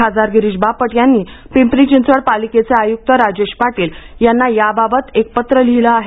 खासदार गिरीश बापट यांनी पिंपरी चिंचवड पालिकेचे आय़ुक्त राजेश पाटील यांना याबाबत एक पत्र लिहिले आहे